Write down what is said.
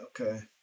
okay